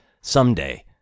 someday